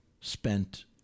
spent